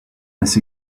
this